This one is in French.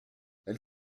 elle